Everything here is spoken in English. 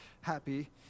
happy